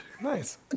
Nice